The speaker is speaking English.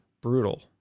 brutal